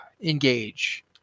engage